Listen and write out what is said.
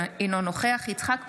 אינו נוכח יצחק פינדרוס,